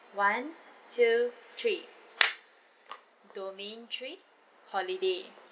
one two three domain three holiday